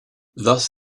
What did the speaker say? thus